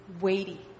weighty